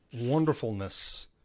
wonderfulness